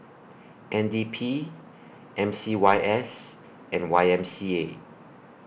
N D P M C Y S and Y M C A